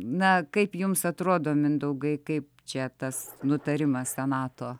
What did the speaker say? na kaip jums atrodo mindaugai kaip čia tas nutarimas senato